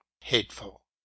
hateful